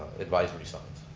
advisory signs.